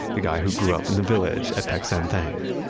the guy who grew up in the village at peck san theng.